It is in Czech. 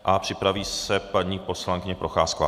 A připraví se paní poslankyně Procházková.